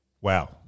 Wow